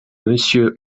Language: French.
monsieur